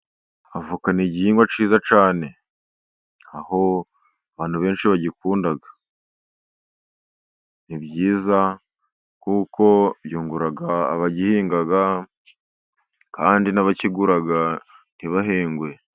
Avoka ni igihingwa cyiza cyane. Aho abantu benshi bagikunda, ni byiza kuko cyungura abagihinga kandi n'abakigura ntibahendwe.